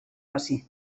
bací